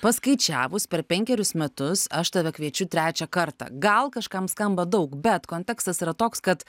paskaičiavus per penkerius metus aš tave kviečiu trečią kartą gal kažkam skamba daug bet kontekstas yra toks kad